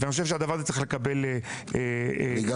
אני חושב שהדבר צריך לקבל --- אני גם